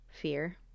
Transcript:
fear